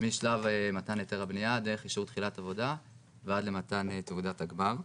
משלב מתן היתר הבנייה דרך אישור תחילת עבודה ועד למתן תעודת הגמר.